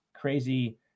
crazy